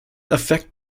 affect